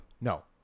No